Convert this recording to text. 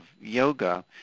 yoga